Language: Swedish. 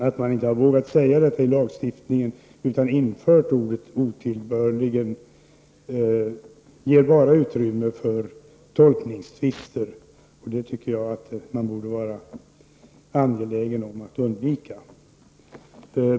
Att man inte har vågat sig på detta i lagstiftningen utan infört ordet ”otillbörligen” har bara den effekten att det ger utrymme för tolkningstvister. Det tycker jag att man borde vara angelägen om att undvika.